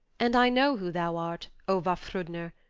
and i know who thou art, o vafthrudner.